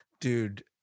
Dude